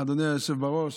אדוני היושב בראש,